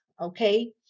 okay